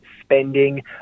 spending